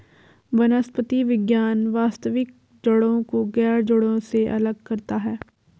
वनस्पति विज्ञान वास्तविक जड़ों को गैर जड़ों से अलग करता है